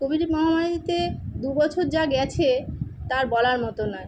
কোভিডের মহামারীতে দু বছর যা গেছে তা আর বলার মতো নয়